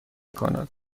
کند